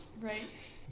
Right